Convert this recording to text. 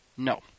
No